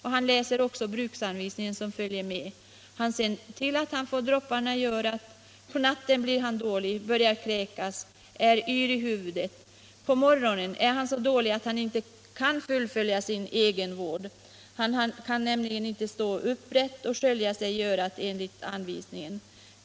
Han läste sedan den medföljande bruksanvisningen och såg till att han fick in dropparna i örat. På natten blev han emellertid illamående och började kräkas samt var yr i huvudet. På morgonen var han så dålig att han inte kunde fullfölja sin ”egenvård” — han kunde inte stå upprätt och skölja örat enligt anvisningen.